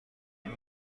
این